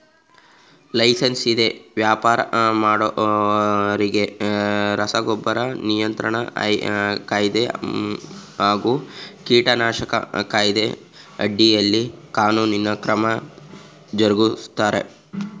licence ಇಲ್ದೆ ವ್ಯಾಪರ ಮಾಡೋರಿಗೆ ರಸಗೊಬ್ಬರ ನಿಯಂತ್ರಣ ಕಾಯ್ದೆ ಹಾಗೂ ಕೀಟನಾಶಕ ಕಾಯ್ದೆ ಅಡಿಯಲ್ಲಿ ಕಾನೂನು ಕ್ರಮ ಜರುಗಿಸ್ತಾರೆ